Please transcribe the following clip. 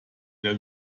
der